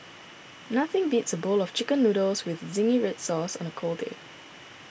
nothing beats a bowl of Chicken Noodles with Zingy Red Sauce on a cold day